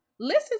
listen